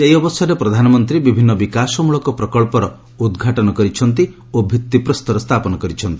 ଏହି ଅବସରରେ ପ୍ରଧାନମନ୍ତ୍ରୀ ବିଭିନ୍ନ ବିକାଶମଳକ ପ୍ରକଳ୍ପର ଉଦ୍ଘାଟନ କରିଛନ୍ତି ଓ ଭିତ୍ତିପ୍ରସ୍ତର ସ୍ଥାପନ କରିଛନ୍ତି